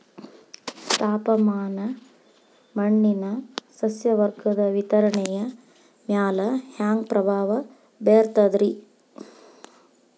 ತಾಪಮಾನ ಮಣ್ಣಿನ ಸಸ್ಯವರ್ಗದ ವಿತರಣೆಯ ಮ್ಯಾಲ ಹ್ಯಾಂಗ ಪ್ರಭಾವ ಬೇರ್ತದ್ರಿ?